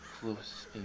close